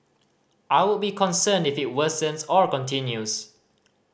I would be concerned if it worsens or continues